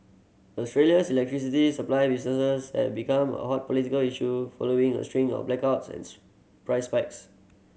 Australia's electricity supply business has become a hot political issue following a string of blackouts and price spikes